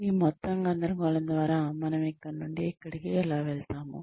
ఈ మొత్తం గందరగోళం ద్వారా మనం ఇక్కడ నుండి ఇక్కడికి ఎలా వెళ్తాము